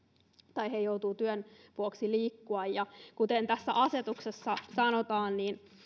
että he joutuvat työn vuoksi liikkumaan ja kuten tässä asetuksessa sanotaan